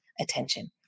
attention